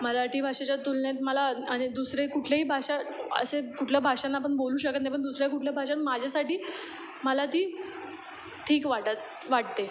मराठी भाषेच्या तुलनेत मला माझे दुसरे कुठलेही भाषा असे कुठल्या भाषांना आपण बोलू शकत नाही पण दुसऱ्या कुठल्या भाषा माझ्यासाठी मला ती ठीक वाटत वाटते